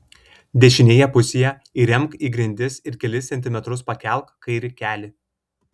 dešinėje pusėje įremk į grindis ir kelis centimetrus pakelk kairį kelį